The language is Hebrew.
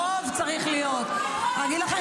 הרוב צריך להיות ------ חבר הכנסת